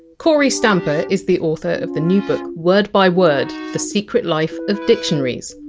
kory stamper is the author of the new book word by word the secret life of dictionaries.